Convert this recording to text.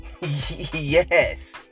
Yes